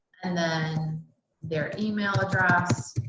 and then their email address